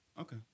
Okay